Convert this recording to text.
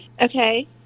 Okay